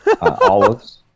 Olives